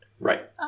Right